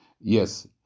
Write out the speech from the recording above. Yes